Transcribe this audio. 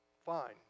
Fine